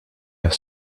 have